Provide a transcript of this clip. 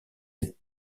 est